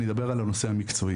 אני אדבר על הנושא המקצועי.